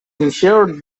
ensured